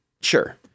Sure